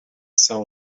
some